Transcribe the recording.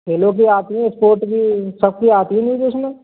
खेलों की आती है इस्पोर्ट भी सबकी आती है न्यूज़ उसमें